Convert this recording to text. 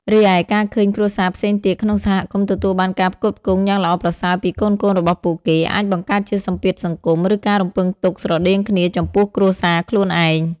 រីឯ ការឃើញគ្រួសារផ្សេងទៀតក្នុងសហគមន៍ទទួលបានការផ្គត់ផ្គង់យ៉ាងល្អប្រសើរពីកូនៗរបស់ពួកគេ អាចបង្កើតជាសម្ពាធសង្គម ឬការរំពឹងទុកស្រដៀងគ្នាចំពោះគ្រួសារខ្លួនឯង។